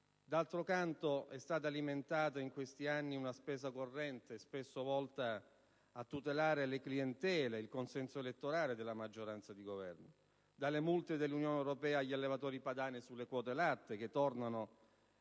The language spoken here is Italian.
D'altro canto, è stata alimentata in questi anni una spesa corrente spesso volta a tutelare le clientele e il consenso elettorale della maggioranza di Governo: dalle multe dell'Unione europea agli allevatori padani sulle quote latte, che tornano